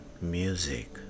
music